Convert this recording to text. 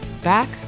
back